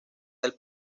del